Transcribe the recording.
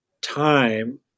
time